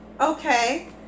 okay